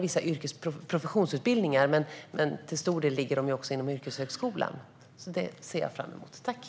Vissa professionsutbildningar ligger inom högskolan, men till stor del ligger de inom yrkeshögskolan. Jag ser fram emot det.